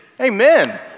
amen